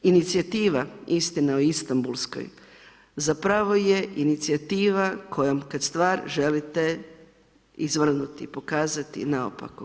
Inicijativa Istina o Istanbulskoj zapravo je inicijativa kojom kad stvar želite izvrnuti, pokazati na opako.